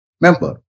member